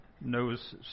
knows